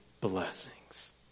blessings